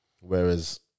Whereas